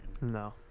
No